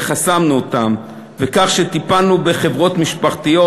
וחסמנו אותם בכך שטפלנו בחברות משפחתיות,